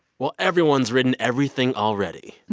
well, everyone's written everything already.